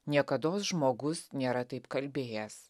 niekados žmogus nėra taip kalbėjęs